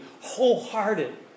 wholehearted